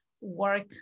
work